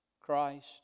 Christ